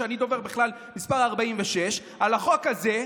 שאני בכלל דובר מס' 46 על החוק הזה,